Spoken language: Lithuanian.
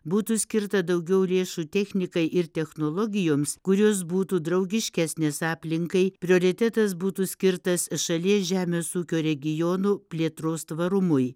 būtų skirta daugiau lėšų technikai ir technologijoms kurios būtų draugiškesnės aplinkai prioritetas būtų skirtas šalies žemės ūkio regionų plėtros tvarumui